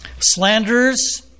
Slanders